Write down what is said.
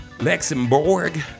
Luxembourg